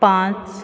पांच